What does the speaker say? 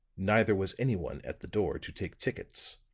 neither was any one at the door to take tickets.